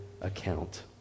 account